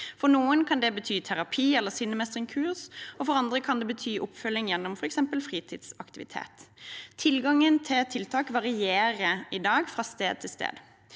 For noen kan det bety terapi eller sinnemestringskurs, og for andre kan det bety oppfølging gjennom f.eks. fritidsaktivitet. Tilgangen til tiltak varierer i dag fra sted til sted.